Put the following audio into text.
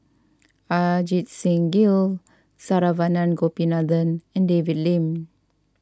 Ajit Singh Gill Saravanan Gopinathan and David Lim